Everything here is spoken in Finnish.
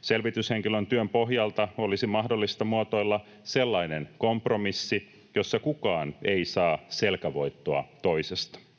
Selvityshenkilön työn pohjalta olisi mahdollista muotoilla sellainen kompromissi, jossa kukaan ei saa selkävoittoa toisesta.